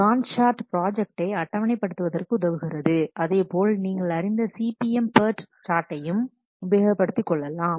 Gantt chart ப்ராஜெக்டை அட்டவணை படுத்துவதற்கு உதவுகிறது அதேபோல் நீங்கள் அறிந்த CPM PERT சார்ட்டையும் உபயோகித்துக்கொள்ளலாம்